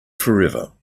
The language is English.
forever